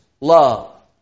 love